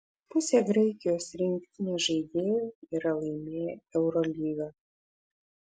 pusė graikijos rinktinės žaidėjų yra laimėję eurolygą